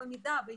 במידה שיש,